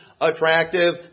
attractive